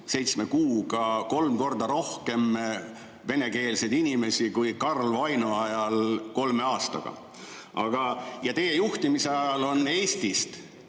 kuuga kolm korda rohkem venekeelseid inimesi kui Karl Vaino ajal kolme aastaga. Ja teie juhtimise ajal on Eestist